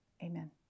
Amen